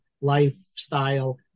lifestyle